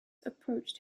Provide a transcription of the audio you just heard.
approached